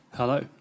Hello